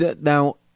Now